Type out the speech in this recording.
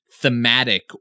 thematic